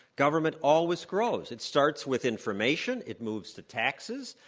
government always grows. it starts with information. it moves to taxes.